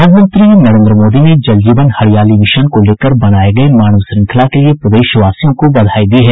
प्रधानमंत्री नरेन्द्र मोदी ने जल जीवन हरियाली मिशन को लेकर बनाये गये मानव श्रंखला के लिए प्रदेशवासियों को बधाई दी है